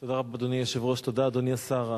תודה רבה, אדוני היושב-ראש, תודה, אדוני השר.